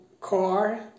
car